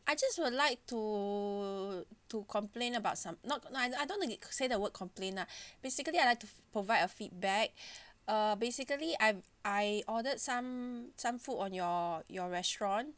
I just would like to to complain about some not nice I don't say the word complain lah basically I like to provide a feedback uh basically I've I ordered some some food on your your restaurant